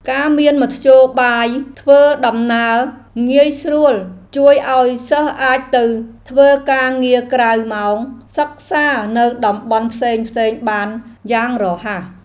ការមានមធ្យោបាយធ្វើដំណើរងាយស្រួលជួយឱ្យសិស្សអាចទៅធ្វើការងារក្រៅម៉ោងសិក្សានៅតំបន់ផ្សេងៗបានយ៉ាងរហ័ស។